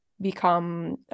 become